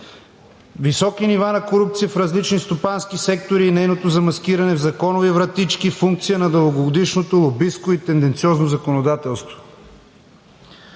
високи нива на корупция в различни стопански сектори и нейното замаскиране в законови вратички, функция на дългогодишното лобистко и тенденциозно законодателство